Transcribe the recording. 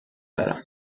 دارم